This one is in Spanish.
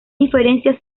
diferencias